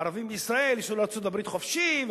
ערבים מישראל ייסעו לארצות-הברית חופשי.